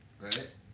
right